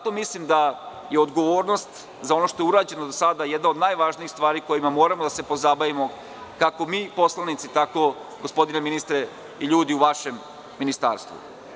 Mislim da je odgovornost za ono što je urađeno do sada jedna od najvažnijih stvari kojima moramo da se pozabavimo, kako mi poslanici, tako i, gospodine ministre, ljudi u vašem ministarstvu.